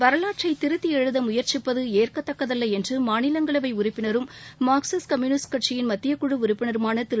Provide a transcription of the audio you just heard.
வரலாற்றை திருத்தி எழுத முயற்சிப்பது ஏற்கத்தக்கதல்ல என்று மாநிலங்களவை உறுப்பினரும் மார்க்சிஸ்ட் கம்யூனிஸ்ட் மத்தியக்குழு உறுப்பினருமான திரு